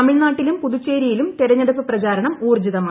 തമിഴ്നാട്ടിലും പുതുച്ചേരിയിലും തെരഞ്ഞെടുപ്പ് പ്രചാരണം ഊർജ്ജിതമായി